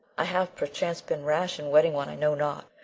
i have, perchance, been rash in wedding one i know not,